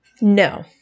no